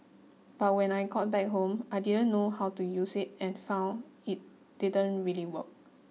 but when I got back home I didn't know how to use it and found it didn't really work